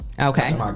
Okay